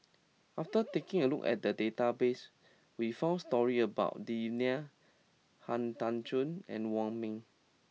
after taking a look at the database we found stories about Devan Nair Han Tan Juan and Wong Ming